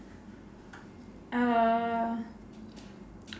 uh